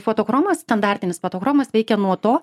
fotochromas standartinis fotochromas veikia nuo to